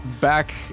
Back